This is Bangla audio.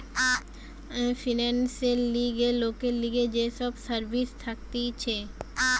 ফিন্যান্সের লিগে লোকের লিগে যে সব সার্ভিস থাকতিছে